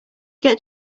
get